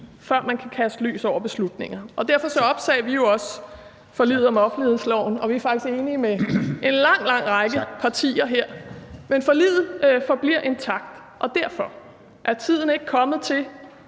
før man kan kaste lys over beslutninger. Derfor opsagde vi jo også forliget om offentlighedsloven, og vi er faktisk enige med en lang, lang række partier her. Men forliget forbliver intakt. Derfor: Er tiden ikke kommet til,